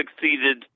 succeeded